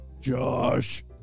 Josh